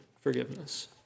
forgiveness